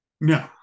No